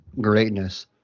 greatness